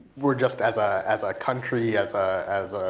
we're just as ah as a country, as as a